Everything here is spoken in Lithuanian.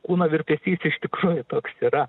kūno virpesys iš tikrųjų toks yra